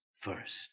first